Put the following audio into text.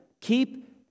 keep